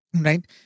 Right